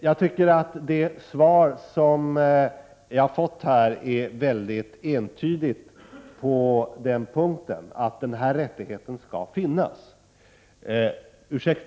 Jag tycker att det svar jag har fått är entydigt på den punkten: Den rättigheten skall finnas.